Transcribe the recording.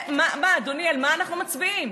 סליחה, אדוני, על מה אנחנו מצביעים?